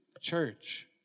church